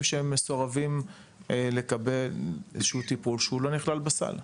שהם מסורבים לקבל טיפול מסוים שהוא לא נכלל בסל?